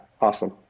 awesome